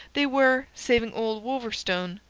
they were saving old wolverstone,